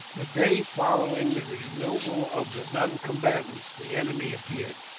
the day following the removal of the noncombatants the enemy appeared,